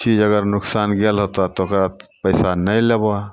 चीज अगर नोकसान भेल होतऽ तऽ ओकरा पइसा नहि लेबऽ